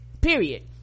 period